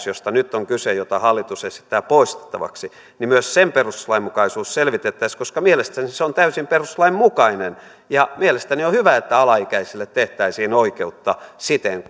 josta nyt on kyse jota hallitus esittää poistettavaksi perustuslainmukaisuus selvitettäisiin koska mielestäni se se on täysin perustuslain mukainen mielestäni on hyvä että alaikäisille tehtäisiin oikeutta siten